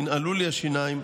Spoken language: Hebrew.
ננעלו לי השיניים.